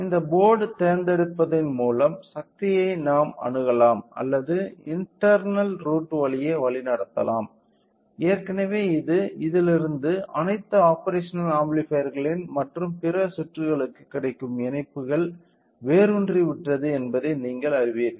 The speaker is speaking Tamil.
இந்த போர்ட் தேர்ந்தெடுப்பதன் மூலம் சக்தியை நாம் அணுகலாம் அல்லது இன்டெர்னல் ரூட் வழியே வழிநடத்தலாம் ஏற்கனவே இது இதிலிருந்து அனைத்து ஆப்பேரஷனல் ஆம்பிளிபையர்கள் மற்றும் பிற சுற்றுகளுக்கு கிடைக்கும் இணைப்புகள் வேரூன்றிவிட்டது என்பதை நீங்கள் அறிவீர்கள்